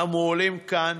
המועלים כאן